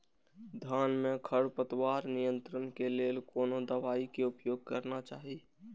धान में खरपतवार नियंत्रण के लेल कोनो दवाई के उपयोग करना चाही?